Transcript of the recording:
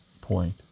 point